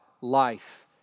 life